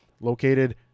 Located